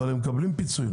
אבל הם מקבלים פיצוי,